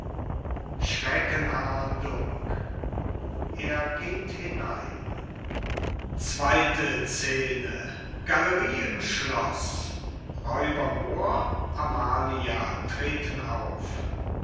schrecken ahnung er geht hinein zweite scene gallerie im schloß räuber moor amalia treten auf